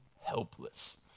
helpless